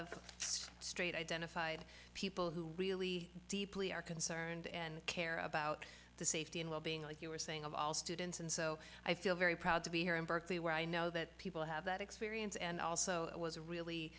of straight identified people who really deeply are concerned and care about the safety and well being like you were saying of all students and so i feel very proud to be here in berkeley where i know that people have that experience and also i was really